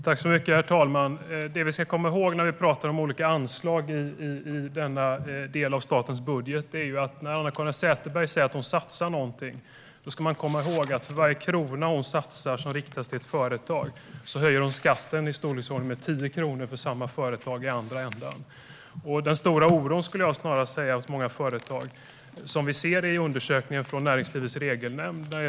Herr talman! Det vi ska komma ihåg när vi pratar om olika anslag i denna del av statens budget är att när Anna-Caren Sätherberg säger att hon satsar 1 krona som riktas till ett företag höjer hon skatten i storleksordningen 10 kronor för samma företag i den andra ändan. Den stora oron hos många företag gäller regelkrångel, vilket vi ser i undersökningen från Näringslivets Regelnämnd.